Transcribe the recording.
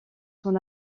son